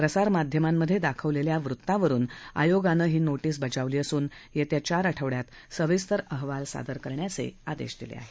प्रसार माध्यमांमधे दाखवलेल्या वृत्तावरुन आयोगानं ही नोटीस बजावली असून येत्या चार आठवड्यात सविस्तर अहवाल सादर करण्याचे आदेश दिले आहे